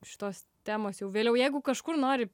šitos temos jau vėliau jeigu kažkur nori